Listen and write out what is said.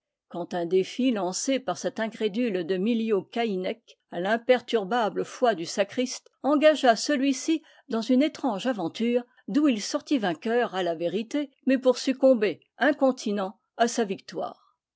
quand un défi lancé par cet incrédule de miliau gaïnec à l'imperturbable foi du sacriste engagea celui-ci dans une étrange aventure d'où il sortit vainqueur à la vérité mais pour succomber inconti nent à sa victoire